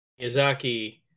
Izaki